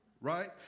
right